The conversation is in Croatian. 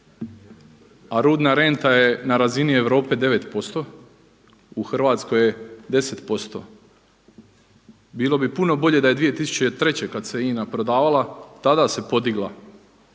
a rudna renta je na razini Europe 9%. U Hrvatskoj je 10%. Bilo bi puno bolje da je 2003. kad se INA prodavala, tada se podigla.